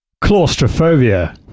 Claustrophobia